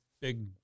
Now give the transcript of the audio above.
big